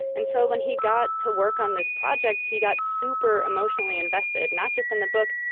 and so when he got to work on this project, he got super emotionally invested, not just in the book.